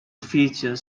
feature